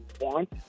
want